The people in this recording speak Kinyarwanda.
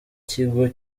ikigo